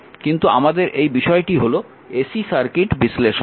কিন্তু আমাদের এই বিষয়টি হল AC সার্কিট বিশ্লেষণ